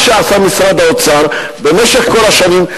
מה שעשה משרד האוצר במשך כל השנים,